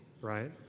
right